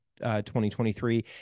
2023